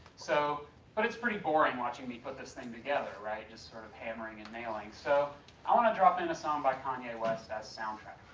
so but it's pretty boring watching me put this thing together right just sort of hammering and nailing so i want to drop in a song by kanye west as soundtrack